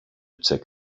check